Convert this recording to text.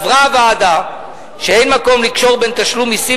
הוועדה סברה שאין מקום לקשור בין תשלום מסים